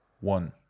One